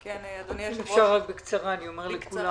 בקצרה.